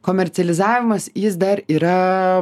komercializavimas jis dar yra